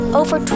over